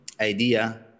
idea